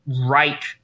right